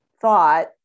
thought